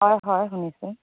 হয় হয় শুনিছোঁ